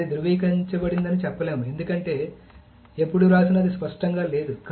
అది ధృవీకరించబడిందని చెప్పలేము ఎందుకంటే ఎప్పుడు వ్రాసినా అది స్పష్టంగా లేదు